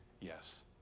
yes